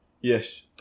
Yes